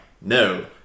no